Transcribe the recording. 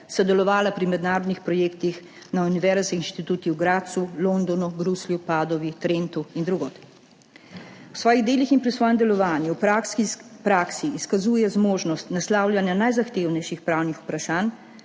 sodelovala pri mednarodnih projektih na univerzi, inštitutih v Gradcu, Londonu, Bruslju, Padovi, Trentu in drugod. V svojih delih in pri svojem delovanju v praksi izkazuje zmožnost naslavljanja najzahtevnejših pravnih vprašanj